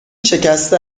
شکسته